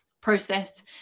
process